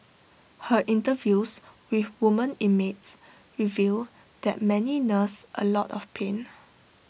her interviews with women inmates reveal that many nurse A lot of pain